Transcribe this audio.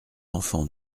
enfants